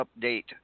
update